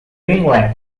england